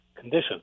condition